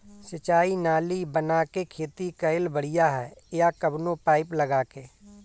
सिंचाई नाली बना के खेती कईल बढ़िया ह या कवनो पाइप लगा के?